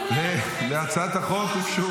להצעת החוק הוגשו